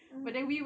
mmhmm